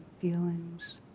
feelings